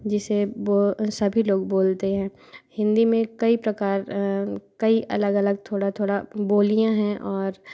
जिसे बो सभी लोग बोलते हैं हिंदी में कई प्रकार कई अलग अलग थोड़ा थोड़ा बोलियाँ है और